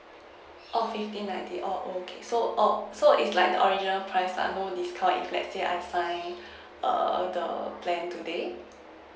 oh fifteen ninety oh okay so oh so it's like original price uh no discount if let's say I sign err the plan today